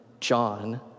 John